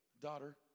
daughter